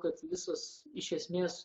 kad visos iš esmės